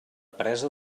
presa